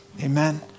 Amen